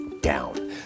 down